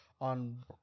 On